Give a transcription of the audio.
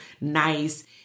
nice